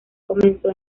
comenzó